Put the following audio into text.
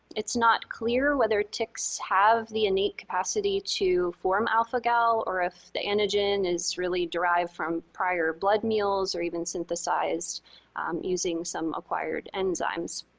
it's not clear whether ticks have the innate capacity to form alpha-gal, or if the antigen is really derived from prior blood meals or even synthesized using some acquired enzymes.